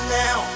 now